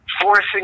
forcing